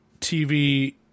TV